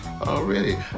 Already